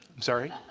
sorry?